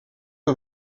que